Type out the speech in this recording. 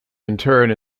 interred